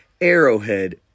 Arrowhead